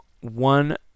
one